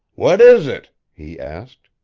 what is it he asked.